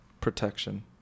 protection